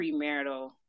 premarital